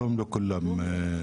שלום לכולם.